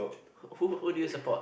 who who do you support